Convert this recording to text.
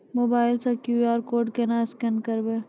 Mobile से QR code केना scan करबै?